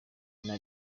ndya